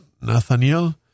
Nathaniel